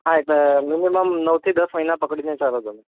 હા એટલે મિનિમમ નવથી દસ મહિના પકડીને ચાલો તમે